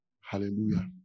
Hallelujah